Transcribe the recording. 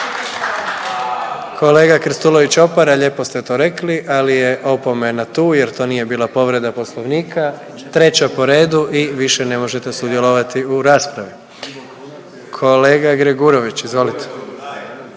kolega Krstulović Opara lijepo ste to rekli, ali je opomena tu jer to nije bila povreda Poslovnika, treća po redu i više ne možete sudjelovati u raspravi. Kolega Gregurović, izvolite.